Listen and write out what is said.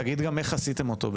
תגיד גם איך עשיתם אותו.